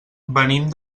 venim